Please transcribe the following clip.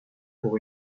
pour